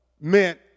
meant